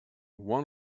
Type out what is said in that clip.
one